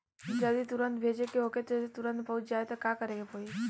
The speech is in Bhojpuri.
जदि तुरन्त भेजे के होखे जैसे तुरंत पहुँच जाए त का करे के होई?